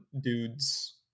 dudes